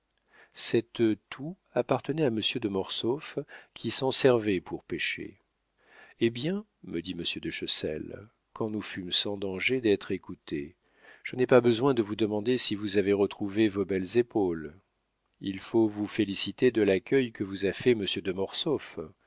cette toue appartenait à monsieur de mortsauf qui s'en servait pour pêcher eh bien me dit monsieur de chessel quand nous fûmes sans danger d'être écoutés je n'ai pas besoin de vous demander si vous avez retrouvé vos belles épaules il faut vous féliciter de l'accueil que vous a fait monsieur de